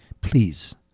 please